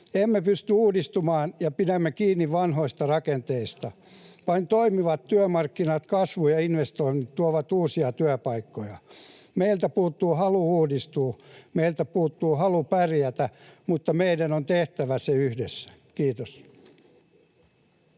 Emme pysty uudistumaan, ja pidämme kiinni vanhoista rakenteista. Vain toimivat työmarkkinat, kasvu ja investoinnit tuovat uusia työpaikkoja. Meiltä puuttuu halu uudistua, meiltä puuttuu halu pärjätä, mutta meidän on tehtävä se yhdessä. — Kiitos.